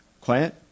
quiet